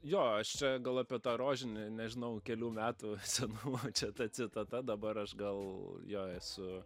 jo aš čia gal apie tą rožinį nežinau kelių metų senumo čia ta citata dabar aš gal jo esu